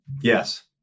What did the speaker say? Yes